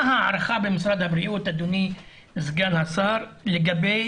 מה ההערכה במשרד הבריאות, אדוני סגן השר, לגבי